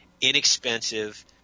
inexpensive